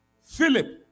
Philip